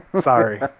Sorry